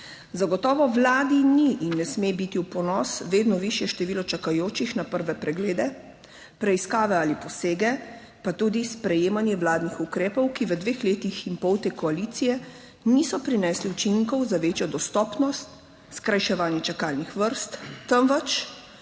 Zagotovo Vladi ni in ne sme biti v ponos vedno višje število čakajočih na prve preglede, preiskave ali posege, pa tudi sprejemanje vladnih ukrepov, ki v dveh letih in pol te koalicije niso prinesli učinkov za večjo dostopnost, skrajševanje čakalnih vrst, temveč